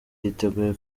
yiteguye